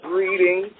reading